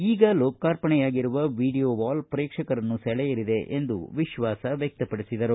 ಈಗ ಲೋಕಾರ್ಪಣೆಯಾಗಿರುವ video wall ಪ್ರೇಕ್ಷಕರನ್ನು ಸೆಳೆಯಲಿದೆ ಎಂದು ವಿಶ್ವಾಸ ವ್ಯಕ್ತಪಡಿಸಿದರು